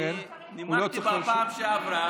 נימקתי כבר בפעם שעברה.